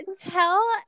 tell